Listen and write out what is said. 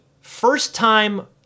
first-time